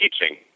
teaching